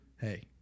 hey